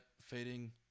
fading